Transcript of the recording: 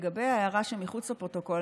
לגבי ההערה שמחוץ לפרוטוקול,